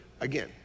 Again